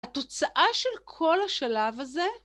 התוצאה של כל השלב הזה